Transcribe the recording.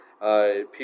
People